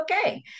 okay